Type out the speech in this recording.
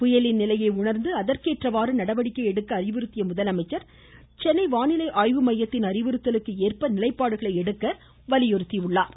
புயலின் நிலையை உணர்ந்து அதற்கேற்றவாறு நடவடிக்கை எடுக்க முதலமைச்சர் சென்னை வானிலை ஆய்வு மையத்தின் அறிவுறுத்திய அறிவுறுத்தலுக்கு ஏற்ப நிலைப்பாடுகளை எடுக்க வலியுறுத்தினார்